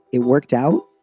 it worked out.